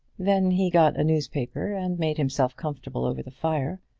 then he got a newspaper and made himself comfortable over the fire,